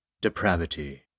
depravity